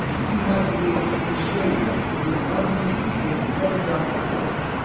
you might be able to persuade them to do the one thing they've never done before.